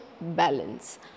balance